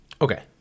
Okay